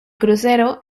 crucero